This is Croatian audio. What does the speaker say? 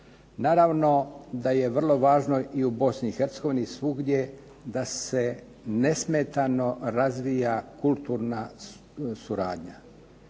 Naravno da je vrlo važno i u Bosni i Hercegovini i svugdje da se nesmetano razvija kulturna suradnja